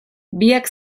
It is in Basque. biak